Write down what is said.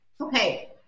Okay